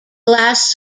glass